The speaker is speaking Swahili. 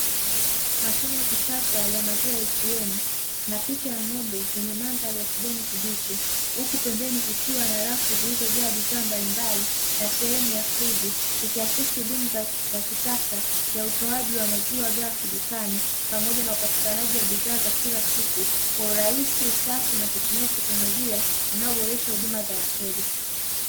Mashine ya kisasa ya maziwa ATM na picha ya ng'ombe kwenye mandhari ya kijani kibichi, huku pembeni kukiwa na rafu zilizojaa bidhaa mbalimbali na sehemu ya friji, ikiakisi huduma za kisasa ya utoaji wa maziwa ghafi dukani, pamoja na upatikanaji wa bidhaa za kila siku kwa urahisi, usafi na kutumia teknolojia inayoboresha huduma za wateja.